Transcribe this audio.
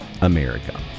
America